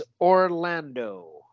Orlando